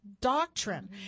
doctrine